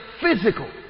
Physical